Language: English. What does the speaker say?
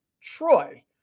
troy